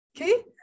okay